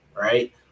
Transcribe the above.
Right